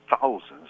thousands